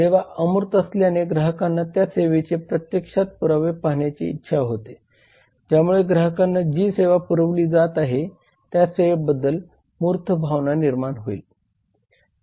सेवा अमूर्त असल्याने ग्राहकांना त्या सेवेचे प्रत्यक्ष पुरावे पाहण्याची इच्छा होते ज्यामुळे ग्राहकांना जी सेवा पुरवली जात आहे त्या सेवेबद्दल मूर्त भावना निर्माण होईल